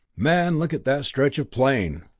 man look at that stretch of plain!